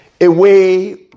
away